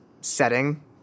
setting